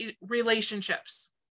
relationships